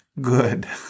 good